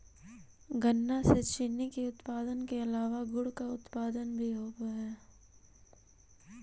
गन्ना से चीनी के उत्पादन के अलावा गुड़ का उत्पादन भी होवअ हई